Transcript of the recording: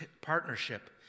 partnership